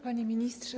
Panie Ministrze!